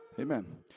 Amen